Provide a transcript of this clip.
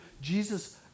Jesus